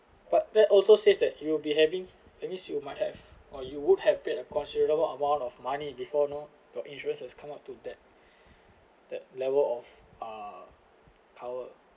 but there also says that you will be having that means you might have or you would have paid a considerable amount of money before know got insurance has come out to that that level of a cover